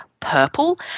Purple